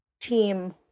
team